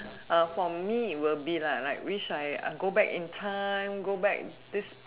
uh for me it will be lah like wish I I go back in time go back this